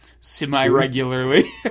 semi-regularly